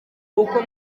uko